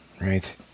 Right